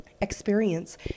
experience